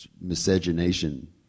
miscegenation